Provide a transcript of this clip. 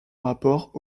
rapport